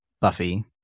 Buffy